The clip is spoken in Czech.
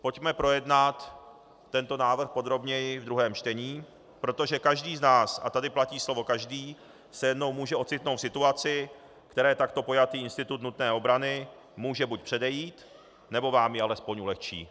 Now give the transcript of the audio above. Pojďme projednat tento návrh podrobněji ve druhém čtení, protože každý z nás a tady platí slovo každý se jednou může ocitnout v situaci, které takto pojatý institut nutné obrany může buď předejít, nebo vám ji alespoň ulehčí.